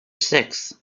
six